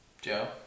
Joe